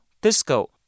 Disco